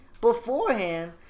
Beforehand